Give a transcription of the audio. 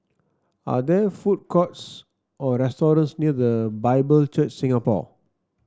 are there food courts or restaurants near The Bible Church Singapore